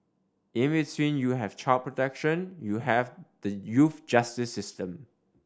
in between you have child protection you have the youth justice system